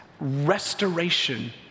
restoration